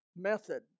method